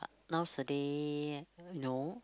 uh nowadays no